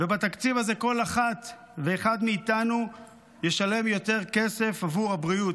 ובתקציב הזה כל אחת ואחד מאיתנו ישלם יותר כסף עבור הבריאות.